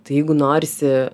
tai jeigu norisi